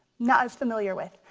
not as familiar with.